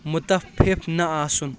مُتفِف نہ آسُن